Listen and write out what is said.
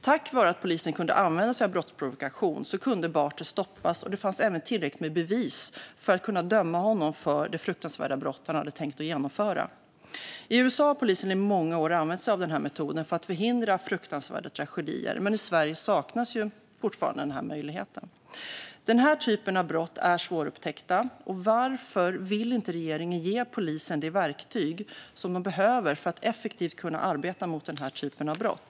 Tack vare att polisen kunde använda sig av brottsprovokation kunde Barter stoppas. Det fanns även tillräckligt med bevis för att kunna döma honom för det fruktansvärda brott han hade tänkt genomföra. I USA har polisen i många år använt sig av den här metoden för att förhindra fruktansvärda tragedier, men i Sverige saknas fortfarande den möjligheten. Den här typen av brott är svårupptäckta. Varför vill inte regeringen ge polisen de verktyg som de behöver för att effektivt kunna arbeta mot den här typen av brott?